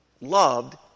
loved